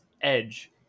edge